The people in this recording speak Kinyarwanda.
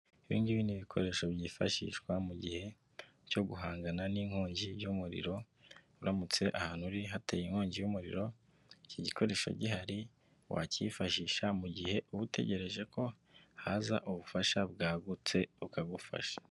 Ibingibi ni ibikoresho byifashishwa mu gihe cyo guhangana n'inkongi y'umuriro, uramutse ahantu hateye inkongi y'umuriro iki gikoresho gihari wakiyifashisha mu gihe uba utegereje ko haza ubufasha bwagutse bukagufasha.